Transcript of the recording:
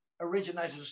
originated